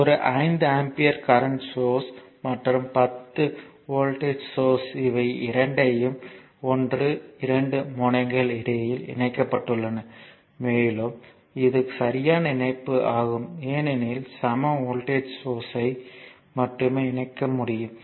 ஒரு 5 ampere current source மற்றும் 10 voltage source இவை இரண்டையும் 12 முனையங்கள் இடையில் இணைக்கப்பட்டுள்ளன மேலும் இது சரியான இணைப்பு ஆகும் ஏனெனில் சம வோல்டேஜ் சோர்ஸ்யை மட்டுமே இணைக்க முடியும்